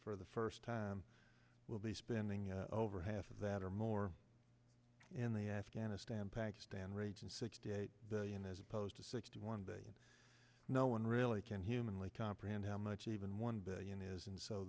for the first time will be spending over half of that or more in the afghanistan pakistan region sixty eight billion as opposed to sixty one day no one really can humanly comprehend how much even one billion is